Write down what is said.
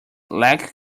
lack